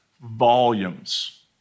volumes